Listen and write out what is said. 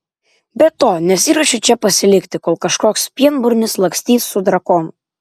be to nesiruošiu čia pasilikti kol kažkoks pienburnis lakstys su drakonu